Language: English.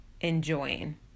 enjoying